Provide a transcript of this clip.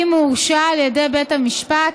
אם הורשע על ידי בית המשפט